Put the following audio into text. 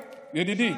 ידידי,